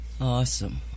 Awesome